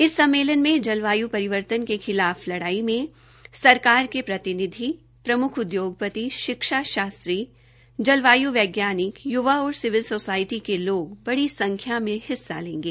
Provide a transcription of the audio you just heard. इस सम्मेलन में जलवायु परिवर्तन के खिलाफ लड़ाई में सरकारों के प्रतिनिधि प्रमुख उद्योगपति शिक्षा शास्त्री जलवाय् वैज्ञानिक युवा और सिविल सोसायटी के लोग बड़ी संख्या में हिस्सा लेंगे